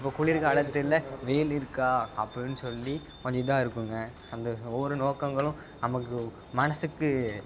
இப்போ குளிர்காலத்தில் வெயில் இருக்கா அப்புடின்னு சொல்லி கொஞ்சம் இதாக இருக்குங்க அந்த ஒவ்வொரு நோக்கங்களும் நமக்கு மனசுக்கு